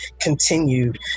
continued